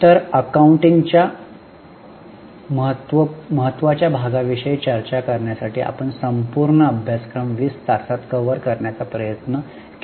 तर अकाउंटिंग च्या महत्त्वाच्या भागा विषयी चर्चा करण्यासाठी आपण संपूर्ण अभ्यासक्रम 20 तासांत कव्हर करण्याचा प्रयत्न केला आहे